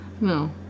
no